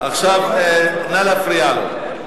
עכשיו, נא להפריע לו.